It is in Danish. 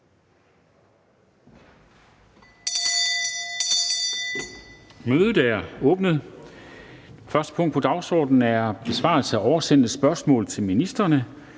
--- Det sidste punkt på dagsordenen er: 2) Besvarelse af oversendte spørgsmål til ministrene